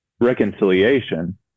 reconciliation